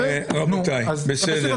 רבותיי, בסדר.